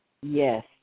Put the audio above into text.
Yes